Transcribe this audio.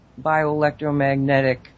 bioelectromagnetic